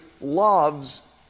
loves